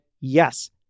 yes